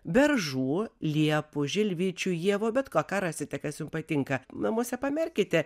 beržų liepų žilvičių ievų bet ko ką rasite kas jum patinka namuose pamerkite